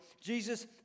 Jesus